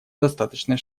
достаточно